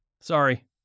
sorry